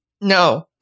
No